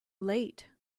late